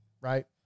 right